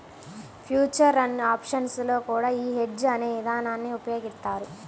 future and options లో కూడా యీ హెడ్జ్ అనే ఇదానాన్ని ఉపయోగిత్తారు